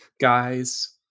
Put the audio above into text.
guys